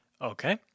Okay